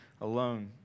alone